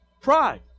Pride